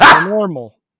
Normal